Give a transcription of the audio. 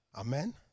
Amen